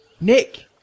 Nick